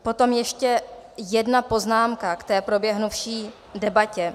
Potom ještě jedna poznámka k té proběhnuvší debatě.